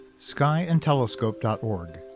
skyandtelescope.org